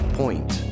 point